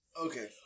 Okay